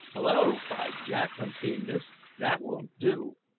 hallo! cried jack on seeing this, that won't do.